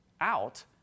out